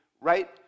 right